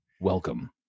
welcome